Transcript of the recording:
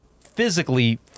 physically